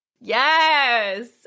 Yes